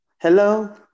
Hello